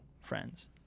friends